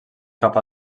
cap